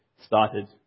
started